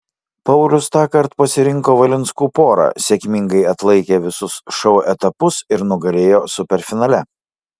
paulius tąkart pasirinko valinskų porą sėkmingai atlaikė visus šou etapus ir nugalėjo superfinale